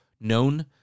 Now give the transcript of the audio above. known